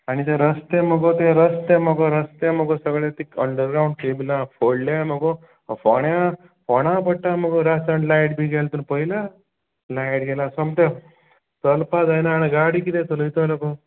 आनी ते रस्ते मुगो ते रस्ते मुगो रस्ते मुगो ते सगले अंडरग्रांवड कॅबलाक फोडल्याय मुगो फोण्या फोंडा पडटाय मुगो चड लायट बी गेल्यार पयली लायट गेल्या सोमकें चलपाक जायना आनी गाडी कितें चलयतलो गो